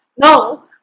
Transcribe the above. No